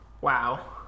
Wow